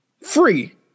Free